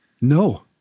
No